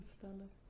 stand-up